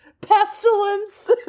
pestilence